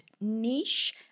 niche